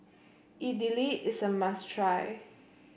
Idili is a must try